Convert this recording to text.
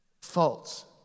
false